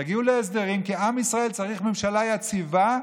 תגיעו להסדרים, כי עם ישראל צריך ממשלה יציבה,